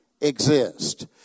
exist